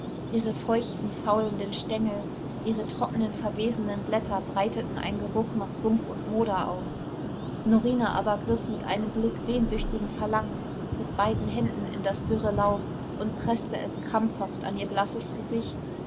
ihre feuchten faulenden stengel ihre trockenen verwesenden blätter breiteten einen geruch nach sumpf und moder aus norina aber griff mit einem blick sehnsüchtigen verlangens mit beiden händen in das dürre laub und preßte es krampfhaft an ihr blasses gesicht